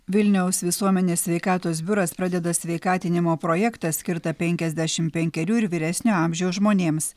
vilniaus visuomenės sveikatos biuras pradeda sveikatinimo projektą skirtą penkiasdešim penkerių ir vyresnio amžiaus žmonėms